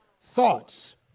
thoughts